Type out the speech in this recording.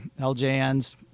LJN's